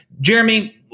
Jeremy